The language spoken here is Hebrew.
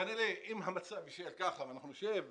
כנראה אם המצב יישאר ככה ואנחנו נשב ונדבר,